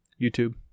youtube